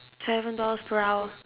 seven dollars per hour